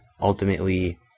ultimately